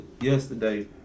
yesterday